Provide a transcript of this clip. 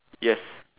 yes